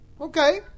Okay